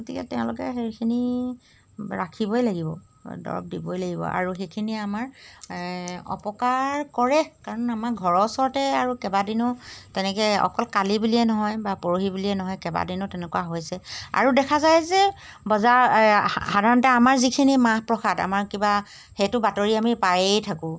গতিকে তেওঁলোকে সেইখিনি ৰাখিবই লাগিব দৰৱ দিবই লাগিব আৰু সেইখিনি আমাৰ অপকাৰ কৰে কাৰণ আমাৰ ঘৰৰ ওচৰতে আৰু কেইবাদিনো তেনেকৈ অকল কালি বুলিয়ে নহয় বা পৰহি বুলিয়েই নহয় কেইবাদিনো তেনেকুৱা হৈছে আৰু দেখা যায় যে বজাৰ সাধাৰণতে আমাৰ যিখিনি মাহ প্ৰসাদ আমাৰ কিবা সেইটো বাতৰি আমি পায়েই থাকোঁ